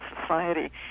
society